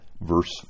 verse